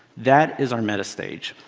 that is our meta stage.